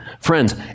Friends